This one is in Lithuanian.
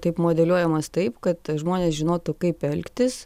taip modeliuojamos taip kad žmonės žinotų kaip elgtis